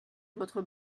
votre